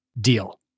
deal